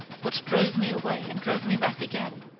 what drove me away and drove me back again.